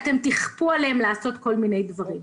אם תכפו על אנשים לעשות כל מיני דברים,